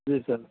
جی سر